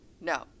no